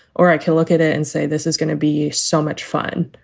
or i can look at it and say, this is gonna be so much fun.